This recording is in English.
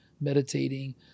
meditating